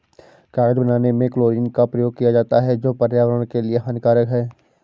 कागज बनाने में क्लोरीन का प्रयोग किया जाता है जो पर्यावरण के लिए हानिकारक है